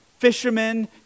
fishermen